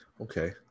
okay